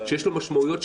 שיש לו משמעויות,